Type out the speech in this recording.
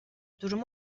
durum